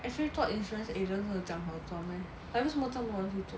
actually 做 insurance agent 有这么好赚 meh but 为什么这么多人回去做